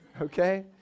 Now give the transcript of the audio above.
Okay